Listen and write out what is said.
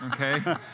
okay